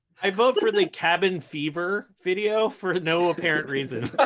i vote for the cabin fever video, for no apparent reason.